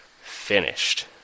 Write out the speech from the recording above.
finished